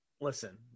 Listen